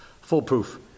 foolproof